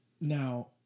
Now